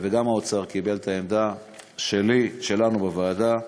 וגם האוצר, קיבלו את העמדה שלנו בוועדה.